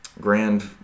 Grand